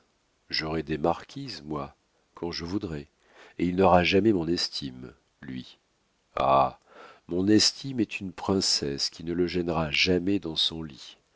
j'aurai des marquises moi quand je voudrai et il n'aura jamais mon estime lui ah mon estime est une princesse qui ne le gênera jamais dans son lit